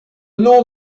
nom